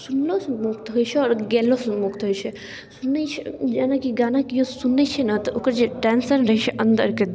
सुनलोसँ मुक्त होइत छै आओर गयलोसँ मुक्त होइत छै सुनैत छै जेनाकी गाना केओ सुनैत छै ने तऽ ओकर जे टेन्शन रहैत छै अन्दरके